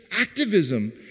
activism